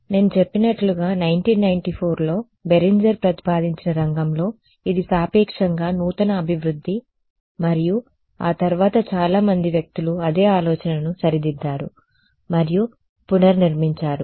కాబట్టి నేను చెప్పినట్లుగా 1994లో బెరెంజర్ ప్రతిపాదించిన రంగంలో ఇది సాపేక్షంగా నూతన అభివృద్ధి మరియు ఆ తర్వాత చాలా మంది వ్యక్తులు అదే ఆలోచనను సరిదిద్దారు మరియు పునర్నిర్మించారు